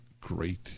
great